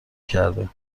کرده